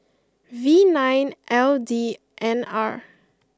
V nine L D N R